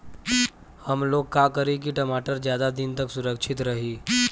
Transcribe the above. हमलोग का करी की टमाटर ज्यादा दिन तक सुरक्षित रही?